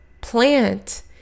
plant